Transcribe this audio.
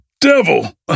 devil